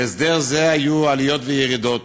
להסדר זה היו עליות וירידות.